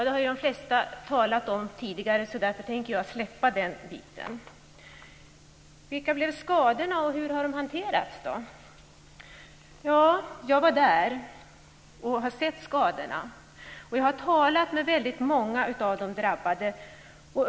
Det har flera talare redan tagit upp, så därför tänker jag inte ta upp det. Vilka blev skadorna, och hur har de hanterats? Jag var där och har sett skadorna, och jag har talat med väldigt många av de drabbade.